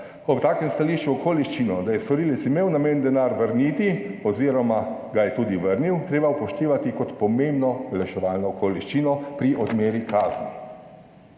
ob takem stališču okoliščino, da je storilec imel namen denar vrniti oziroma, ga je tudi vrnil, treba upoštevati kot pomembno olajševalno okoliščino pri odmeri kazni.